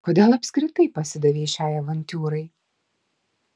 kodėl apskritai pasidavei šiai avantiūrai